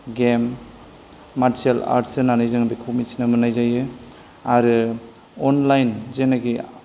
game martial arts होननानै जोङो बेखौ मिथिनो मोननाय जायो आरो अनलाइन जेनेकि